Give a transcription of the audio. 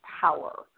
power